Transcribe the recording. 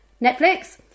Netflix